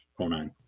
09